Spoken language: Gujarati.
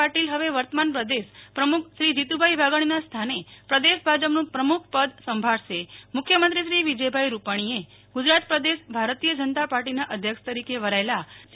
પાટિલી હવે વર્તમાન પ્રદેશ પ્રમુખ શ્રી જીતુભાઈ વાઘાણીના સ્થાને પ્રદેશ ભાજપનું પ્રમુખ પદ સંભોળશે મુખ્યમંત્રીશ્રી વિજયભાઈ રૂપાણીએ ગુજરાત પ્રદેશ ભાઈતીય જનતા પૌર્ટીના અધ્યક્ષ તરીકે વરાચેલા શ્રી સી